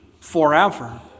forever